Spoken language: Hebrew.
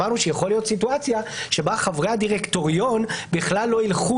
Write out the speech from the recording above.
אמרנו שיכולה להיות סיטואציה שבה חברי הדירקטוריון בכלל לא יילכו